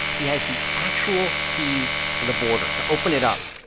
he has the actual keys to the border to open it up